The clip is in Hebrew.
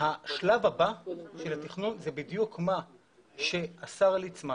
השלב הבא של התכנון זה בדיוק מה שהשר ליצמן